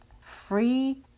free